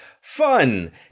fun